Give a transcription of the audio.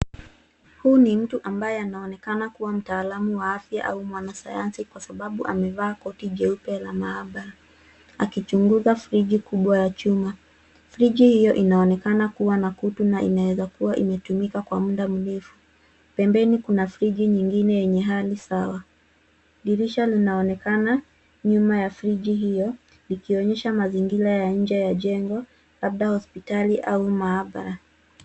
Huu ni mtu ambaye anaonekana kuwa mtaalamu wa afya au mwanasanyansi kwa sababu amevaa koti jeupe la mahabara, akichunguza friji kubwa ya chuma. Friji hiyo inaonekana kuwa na kutu na inaweza kuwa imetumika kwa muda mrefu, pembeni kuna friji nyingine yenye hali sawa. Dirisha linaonekana nyuma ya friji hiyo likionyesha mazingira ya nje ya jengo labda hospitali au mahabara.